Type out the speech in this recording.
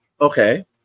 Okay